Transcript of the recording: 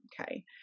Okay